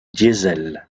diesel